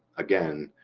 again,